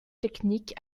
techniques